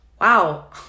Wow